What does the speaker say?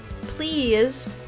please